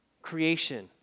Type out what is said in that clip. creation